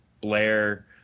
Blair